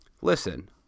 listen